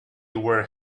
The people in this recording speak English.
were